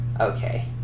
Okay